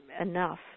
enough